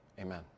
Amen